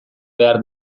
behar